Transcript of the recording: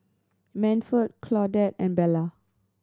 Manford Claudette and Bella